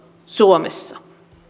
suomessa